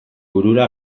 burura